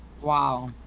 Wow